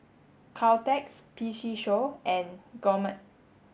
Caltex P C Show and Gourmet